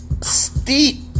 steep